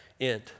end